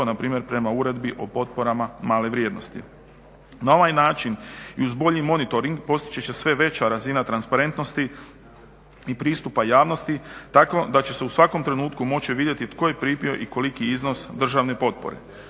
npr. prema uredbi o potporama male vrijednosti. Na ovaj način i uz bolji monitoring postići će se sve veća razina transparentnosti i pristupa javnosti tako da će se u svakom trenutku moći vidjeti tko je primio i koliki iznos državne potpore.